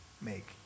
make